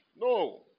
No